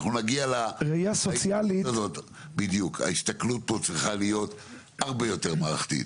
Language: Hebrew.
אבל ההסתכלות פה צריכה להיות הרבה יותר מערכתית.